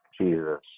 Jesus